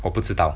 我不知道